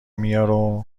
میاره